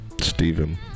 Stephen